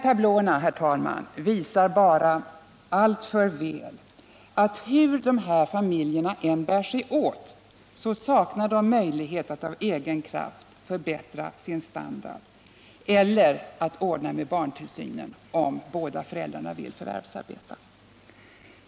Tablåerna visar, herr talman, bara alltför väl att hur de här familjerna än bär sig åt saknar de möjlighet att av egen kraft förbättra sin standard eller att ordna med barntillsynen om båda föräldrarna vill förvärvsarbeta.